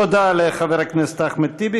תודה לחבר הכנסת אחמד טיבי.